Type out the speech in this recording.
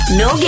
no